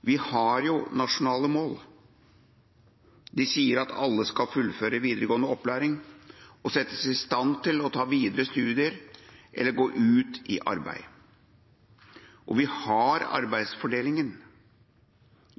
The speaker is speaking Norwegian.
Vi har nasjonale mål. De sier at alle skal fullføre videregående opplæring og settes i stand til å ta videre studier eller gå ut i arbeid. Vi har arbeidsfordelingen.